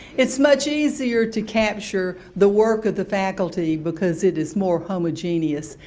it's much easier to capture the work of the faculty because it is more homogeneous,